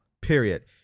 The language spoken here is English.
period